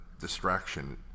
distraction